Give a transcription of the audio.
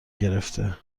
گرفته